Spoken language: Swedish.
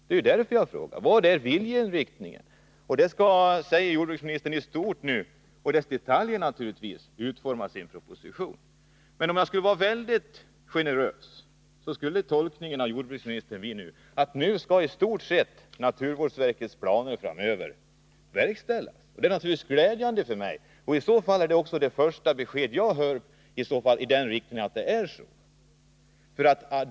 Det är ju därför jag har frågat efter viljeinriktningen. Den skall, säger jordbruksministern nu, i stort och i sina detaljer utformas i en proposition. Om jag skulle vara väldigt generös, skulle min tolkning av vad jordbruksministern sade kunna bli att nu skall i stort sett naturvårdsverkets planer framöver verkställas. Det beskedet är naturligtvis glädjande för mig, eftersom det i så fall är det första besked i den riktningen som jag hör.